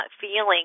feeling